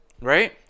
right